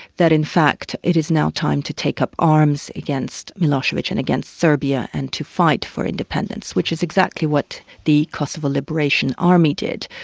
that in fact, it is now time to take up arms against milosevic and against serbia and to fight for independence. which is exactly what the kosovo liberation army did.